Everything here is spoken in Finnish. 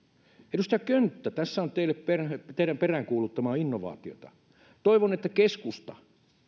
edustaja könttä tässä on teidän peräänkuuluttamaanne innovaatiota toivon että myös keskusta